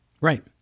Right